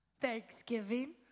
Thanksgiving